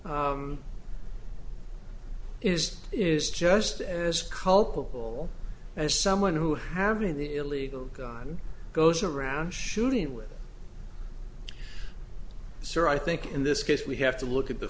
is is just as culpable as someone who having the illegal gun goes around shooting with sir i think in this case we have to look at the